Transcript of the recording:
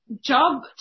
job